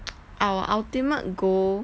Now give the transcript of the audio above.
our ultimate goal